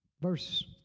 Verse